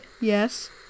Yes